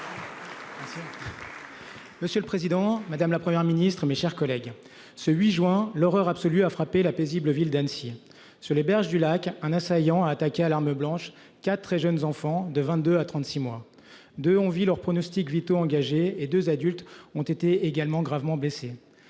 Monsieur le président, madame, la Première ministre, mes chers collègues. Ce 8 juin l'horreur absolue, a frappé la paisible ville d'Annecy sur les berges du lac un assaillant a attaqué à l'arme blanche quatre très jeunes enfants de 22 à 36 mois de on vit leurs pronostics vitaux engagés et 2 adultes ont été également gravement blessés.